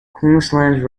queensland